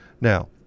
Now